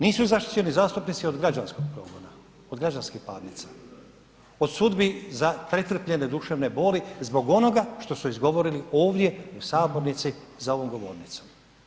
Nisu zaštićeni zastupnici od građanskog progona, od građanskih parnica, od sudbi za pretrpljene duševne boli zbog onoga što su izgovorili ovdje u sabornici za ovom govornicom.